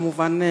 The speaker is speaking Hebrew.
כמובן,